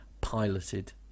piloted